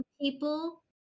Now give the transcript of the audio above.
people